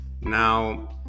Now